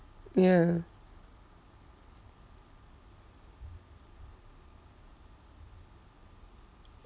ya